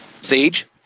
Sage